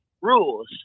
rules